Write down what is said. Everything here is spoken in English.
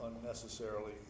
unnecessarily